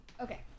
Okay